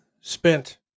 spent